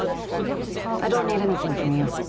but i don't need anything from you.